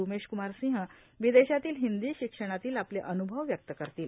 उमेश कुमार सिंह विदेशातील हिंदी शिक्षणातील आपले अन्भव व्यक्त करतील